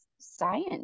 Science